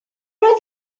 oedd